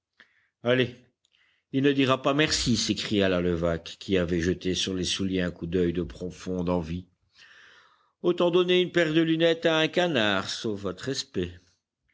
allez il ne dira pas merci s'écria la levaque qui avait jeté sur les souliers un coup d'oeil de profonde envie autant donner une paire de lunettes à un canard sauf votre respect